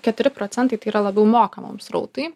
keturi procentai tai yra labiau mokamam srautui